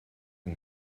yng